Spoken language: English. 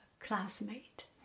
Classmate